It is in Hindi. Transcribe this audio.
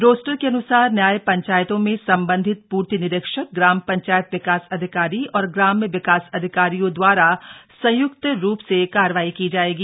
रोस्टर के अनुसार न्याय पंचायतों में सम्बन्धित पूर्ति निरीक्षक ग्राम्य पंचायत विकास अधिकारी और ग्राम्य विकास अधिकारियों द्वारा संयुक्त रूप से कार्रवाई की जाएगी